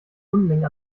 unmengen